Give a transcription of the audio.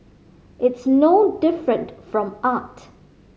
it's no different from art